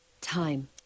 Time